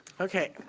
okay.